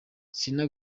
selena